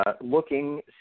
looking